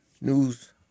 news